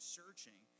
searching